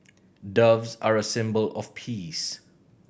doves are a symbol of peace